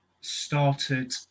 started